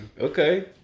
Okay